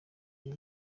kuba